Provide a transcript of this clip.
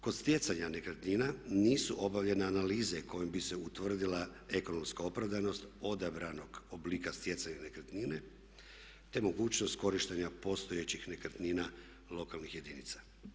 Kod stjecanja nekretnina nisu obavljene analize kojima bi se utvrdila ekonomska opravdanost odabranog oblika stjecanja nekretnine te mogućnost korištenja postojećih nekretnina lokalnih jedinica.